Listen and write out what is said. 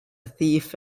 thief